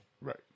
Right